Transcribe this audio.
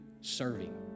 serving